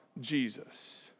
Jesus